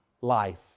life